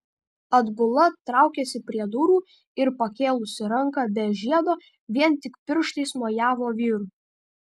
atbula traukėsi prie durų ir pakėlusi ranką be žiedo vien tik pirštais mojavo vyrui